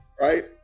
right